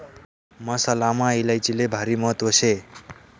मसालामा इलायचीले भारी महत्त्व शे